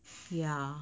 yeah